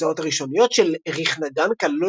ההוצאות הראשוניות של אריך נגן כללו